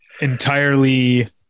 entirely